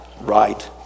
right